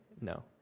no